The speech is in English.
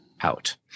out